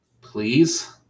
Please